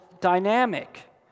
dynamic